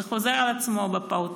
זה חוזר על עצמו בפעוטונים,